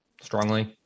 strongly